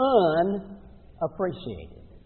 unappreciated